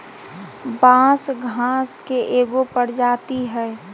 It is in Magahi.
बांस घास के एगो प्रजाती हइ